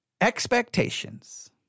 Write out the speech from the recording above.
Expectations